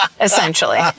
Essentially